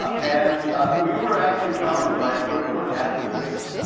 and we were actually founded by a group of activists,